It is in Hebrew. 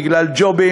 בגלל ג'ובים,